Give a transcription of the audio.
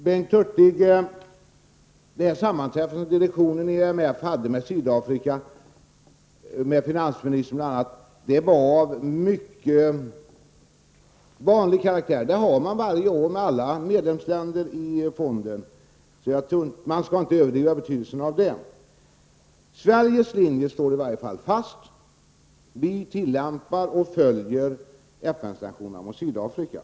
Det sammanträffande som direktionen i IMF hade med bl.a. finansministern i Sydafrika var, Bengt Hurtig, av mycket vanlig karaktär. Fondens direktion har varje år ett sådant sammanträffande med alla fondens medlemsländer, så man skall inte överdriva betydelsen av det. Sveriges linje står i varje fall fast. Vi tillämpar och följer FN-sanktionerna mot Sydafrika.